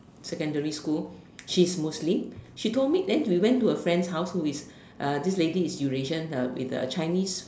secondary school she's Muslim she told me then we went to her friend house who is this lady is Eurasian with the Chinese